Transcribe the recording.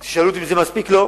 שנגזר בתקציב האחרון, נגזרו בו